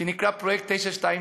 שנקרא פרויקט 929,